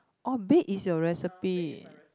oh baked is your recipe